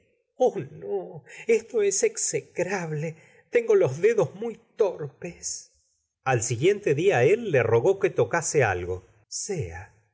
no esto es execrable tengo los dedos rnny torpes al siguiente dia él le rogó que tocase algo sea